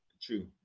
True